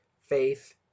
faith